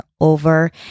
over